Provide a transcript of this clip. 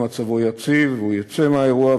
מצבו יציב והוא יצא מהאירוע,